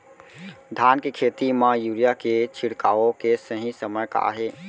धान के खेती मा यूरिया के छिड़काओ के सही समय का हे?